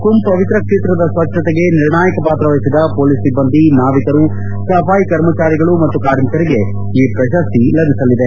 ಕುಂಭ್ ಪವಿತ್ರ ಕ್ಷೇತ್ರದ ಸ್ವಚ್ಛತೆಗೆ ನಿರ್ಣಾಯಕ ಪಾತ್ರ ವಹಿಸಿದ ಮೊಲೀಸ್ ಸಿಬ್ಬಂದಿ ನಾವಿಕರು ಸಫಾಯಿ ಕರ್ಮಚಾರಿಗಳು ಮತ್ತು ಕಾರ್ಮಿಕರಿಗೆ ಈ ಪ್ರಶಸ್ತಿ ಲಭಿಸಲಿದೆ